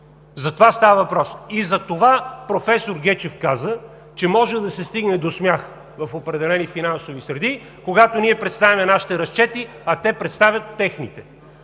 За това става въпрос. Затова професор Гечев каза, че може да се стигне до смях в определени финансови среди, когато ние представим нашите разчети, а те представят техните.